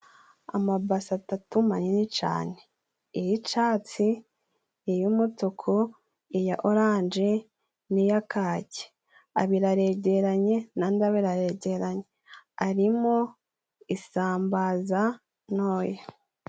Amabase atatu manini cane, iy'icatsi, iy'umutuku, iya oranje n'iya kake, abiri aregeranye n'andi abiri aregeranye, arimo isambaza ntoya.